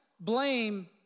blame